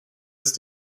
ist